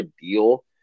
deal –